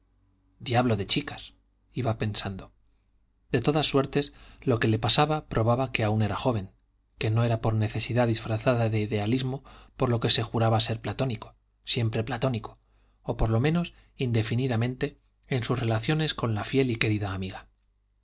diablo de chicas iba pensando de todas suertes lo que le pasaba probaba que aún era joven que no era por necesidad disfrazada de idealismo por lo que se juraba ser platónico siempre platónico o por lo menos indefinidamente en sus relaciones con la fiel y querida amiga